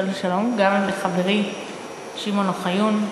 אבל שלום גם לחברי שמעון אוחיון.